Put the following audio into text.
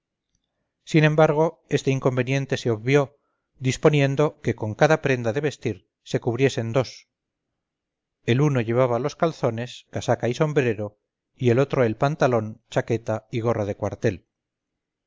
sin embargo este inconveniente se obvió disponiendo que con cada prenda de vestir se cubriesen dos el uno llevaba los calzones casaca y sombrero y el otro el pantalón chaqueta y gorra de cuartel